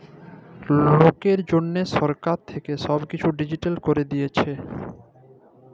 লকদের জনহ সরকার থাক্যে সব কিসু ডিজিটাল ক্যরে দিয়েসে